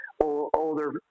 older